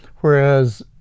Whereas